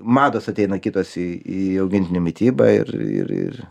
mados ateina kitos į į augintinių mitybą ir ir ir